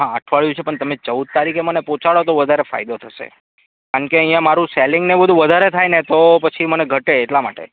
હા અઠવાડિયું છે પણ તમે ચૌદ તારીખે મને પહોંચાડો તો વધારે ફાયદો થશે કારણ કે અહીંયા મારું સેલિંગ ને બધું વધારે થયા ને તો પછી મને ઘટે એટલા માટે